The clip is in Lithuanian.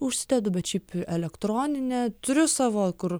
užsidedu bet šiaip elektroninė turiu savo kur